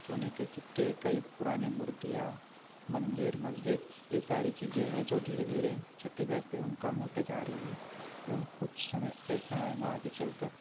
सोने के सिक्के कई पुराने मूर्तियाँ मंदिर मस्जिद ये सारी चीज़ें हैं जो धीरे धीरे क्षतिग्रस्त एवम कम होते जा रही हैं एवम कुछ समय ऐसा आएगा आगे चलकर